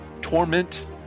torment